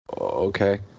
Okay